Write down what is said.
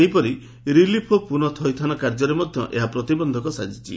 ସେହିପରି ରିଲିଫ୍ ଓ ପୁନଃ ଥଇଥାନ କାର୍ଯ୍ୟରେ ମଧ୍ଧ ଏହା ପ୍ରତିବକ୍ଷକ ସାଚିଛି